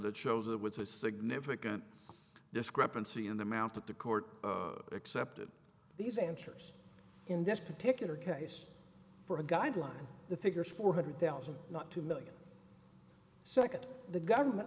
that shows it was a significant discrepancy in the amount of the court accepted these answers in this particular case for a guideline the figures four hundred thousand not two million second the government